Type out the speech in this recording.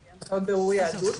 של הנחיות בירור יהדות.